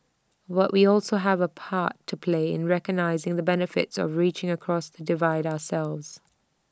but we also have A part to play in recognising the benefits of reaching across the divide ourselves